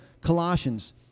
Colossians